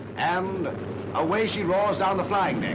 and away she roars down the flying lane.